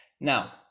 Now